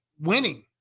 winning